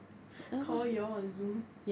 call you all on zoom